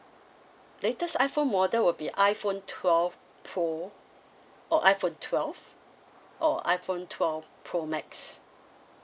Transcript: latest iphone model would be iphone twelve pro or iphone twelve or iphone twelve pro max